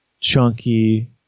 chunky